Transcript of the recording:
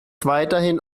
weiterhin